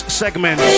segment